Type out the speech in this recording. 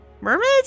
mermaids